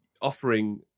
offering